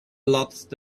lost